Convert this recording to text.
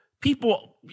people